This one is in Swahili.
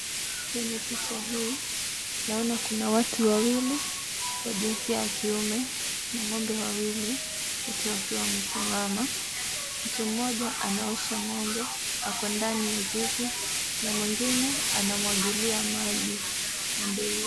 Kwenye picha hii, naona kuna watu wawili ya jinsia ya kiume na ng'ombe wawili. Wote wakiwa wamesimama, mtu moja anaosha ng'ombe, ako ndani ya zizi, na mwingine anamwagilia maji ng'ombe huyo.